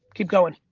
keep goin'.